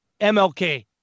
MLK